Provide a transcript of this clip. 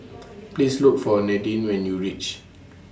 Please Look For Nadine when YOU REACH